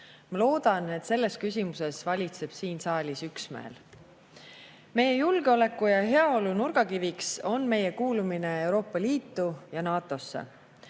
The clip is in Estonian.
Ma loodan, et selles küsimuses valitseb siin saalis üksmeel. Meie julgeoleku ja heaolu nurgakiviks on meie kuulumine Euroopa Liitu ja NATO-sse.